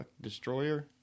Destroyer